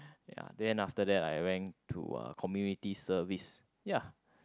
ya then after that I went to uh Community Service ya